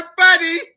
buddy